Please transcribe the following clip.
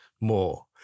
more